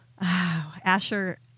Asher